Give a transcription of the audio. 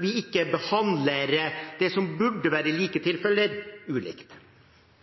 vi ikke behandler det som burde være like tilfeller, ulikt.